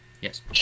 Yes